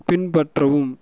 பின்பற்றவும்